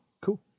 Cool